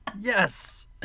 Yes